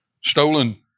Stolen